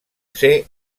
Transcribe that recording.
ser